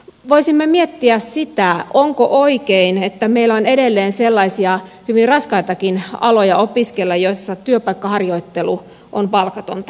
voisimme miettiä sitä onko oikein että meillä on edelleen sellaisia hyvin raskaitakin aloja opiskella joilla työpaikkaharjoittelu on palkatonta